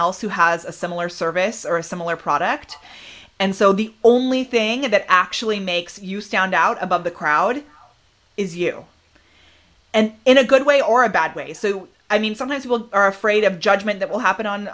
else who has a similar service or a similar product and so the only thing that actually makes you stand out above the crowd is you and in a good way or a bad way so i mean sometimes people are afraid of judgment that will happen on